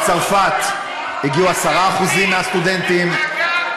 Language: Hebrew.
מצרפת הגיעו 10% מהסטודנטים,